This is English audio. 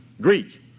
Greek